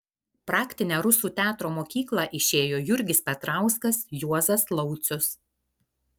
praktinę rusų teatro mokyklą išėjo jurgis petrauskas juozas laucius